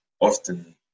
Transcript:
often